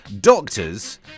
Doctors